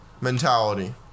mentality